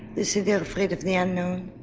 they say they are afraid of the unknown,